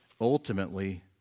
ultimately